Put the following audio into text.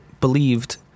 believed